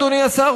אדוני השר,